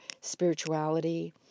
spirituality